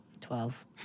Twelve